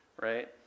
right